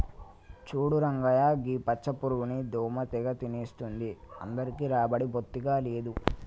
చూడు రంగయ్య గీ పచ్చ పురుగుని దోమ తెగ తినేస్తుంది అందరికీ రాబడి బొత్తిగా లేదు